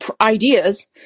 ideas